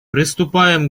приступаем